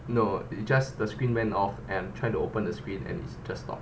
no it just the screen went off and try to open the screen and it just stop